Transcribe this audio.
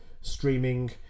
streaming